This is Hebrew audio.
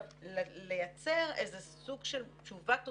לייצר סוג של תשובה תוספתית,